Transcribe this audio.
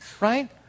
right